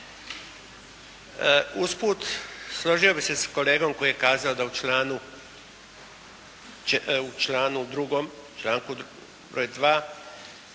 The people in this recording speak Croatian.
Usput, složio bih se sa kolegom koji je kazao da u članu drugom, članku broj 2.